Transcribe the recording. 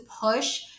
push